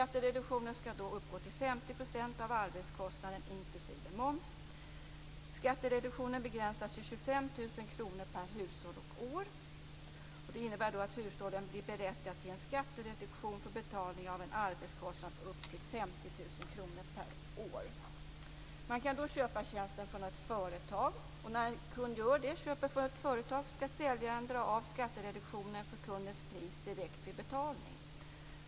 25 000 kr per hushåll och år. Det innebär att hushållen blir berättigade till en skattereduktion för betalning av en arbetskostnad på upp till 50 000 kr per år. Man kan köpa tjänsten från ett företag. När en kund köper från ett företag skall säljaren dra av skattereduktionen från kundens pris direkt vid betalningen.